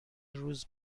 روز